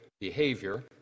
behavior